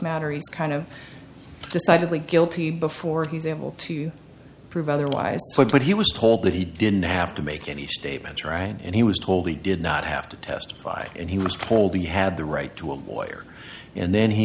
matter he's kind of decidedly guilty before he's able to prove otherwise but he was told that he didn't have to make any statements right and he was told he did not have to testify and he was told he had the right to a boiler and then he